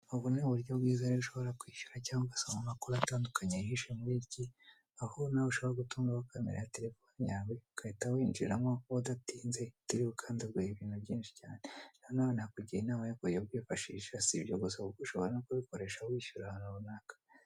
Ubu ni uburyo bwiza rero ushobora kwishyura cyangwa ugasaba amakuru atandukanye yihishe muri icyi, aho nawe ushobora gutungaho kamera ya terefone yawe ugahita winjiramo udatinze utiriwe ukandagura ibintu byinshi cyane nanone nakugira inama yo kuyifashisha si ibyo gusa kuko ushobora no kuyikoresha wishyura ahantu runaka.